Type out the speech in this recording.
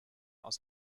aus